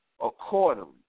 accordingly